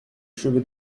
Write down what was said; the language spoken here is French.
cheveux